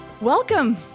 Welcome